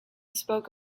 spoke